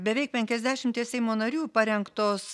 beveik penkiasdešimties seimo narių parengtos